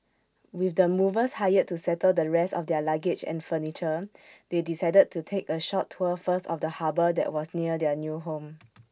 with the movers hired to settle the rest of their luggage and furniture they decided to take A short tour first of the harbour that was near their new home